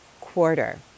quarter